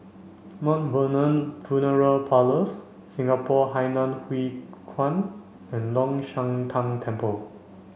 Vernon Funeral Parlours Singapore Hainan Hwee Kuan and Long Shan Tang Temple